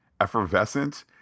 effervescent